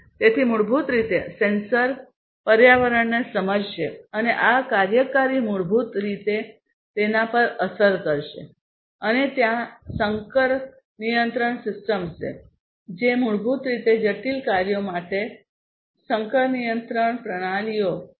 તેથી મૂળભૂત રીતે સેન્સર પર્યાવરણને સમજશે અને આ કાર્યકારી મૂળભૂત રીતે તેના પર અસર કરશે અને ત્યાં સંકર નિયંત્રણ સિસ્ટમ છે જે મૂળભૂત રીતે જટિલ કાર્યો માટે સંકર નિયંત્રણ પ્રણાલીઓ છે